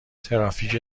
ترافیک